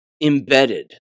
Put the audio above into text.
embedded